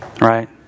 Right